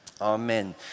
Amen